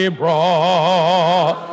brought